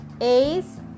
a's